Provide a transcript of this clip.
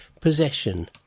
Possession